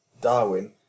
Darwin